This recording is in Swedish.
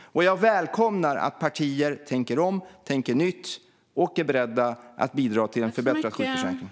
Jag välkomnar att partier tänker om, tänker nytt och är beredda att bidra till en förbättrad sjukförsäkring.